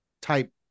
type